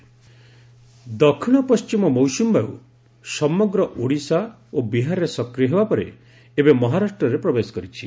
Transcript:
monsoon ଦକ୍ଷିଣ ପଣ୍ଟିମ ମୌସୁମୀବାୟୁ ସମଗ୍ର ଓଡ଼ିଶା ଓ ବିହାରରେ ସକ୍ରିୟ ହେବା ପରେ ଏବେ ମହାରାଷ୍ଟରେ ପ୍ରବେଶ କରିଛି